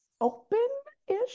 open-ish